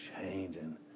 changing